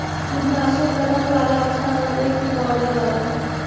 कीटनाशक तरल बाला अच्छा रहतै कि पाउडर बाला?